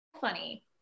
funny